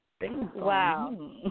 Wow